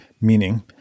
meaning